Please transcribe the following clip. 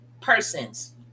persons